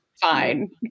fine